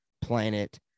planet